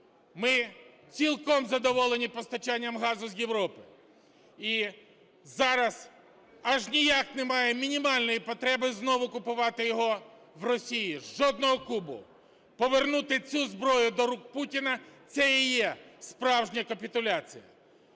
Ми цілком задоволені постачанням газу з Європи, і зараз аж ніяк немає мінімальної потреби знову купувати його в Росії, жодного кубу. Повернути цю зброю до рук Путіна це і є справжня капітуляція.